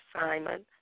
Simon